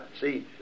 See